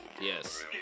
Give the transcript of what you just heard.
Yes